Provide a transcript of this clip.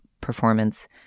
performance